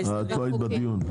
את לא היית בדיון.